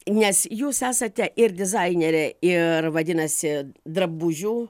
nes jūs esate ir dizainerė ir vadinasi drabužių